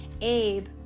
Abe